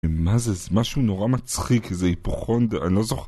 מה זה, זה משהו נורא מצחיק, איזה היפוכונדר, אני לא זוכר